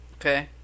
Okay